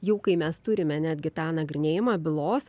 jau kai mes turime netgi tą nagrinėjimą bylos